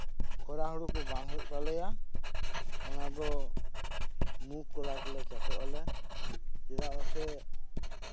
ᱠᱷᱚᱨᱟ ᱦᱩᱲᱩ ᱠᱚ ᱵᱟᱝ ᱦᱩᱭᱩᱜ ᱛᱟᱞᱮᱭᱟ ᱚᱱᱟ ᱫᱚ ᱢᱩᱠ ᱠᱚᱞᱟᱭ ᱠᱚᱞᱮ ᱪᱟᱥᱚᱜᱼᱟᱞᱮ ᱪᱮᱫᱟᱜ ᱥᱮ